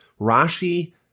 Rashi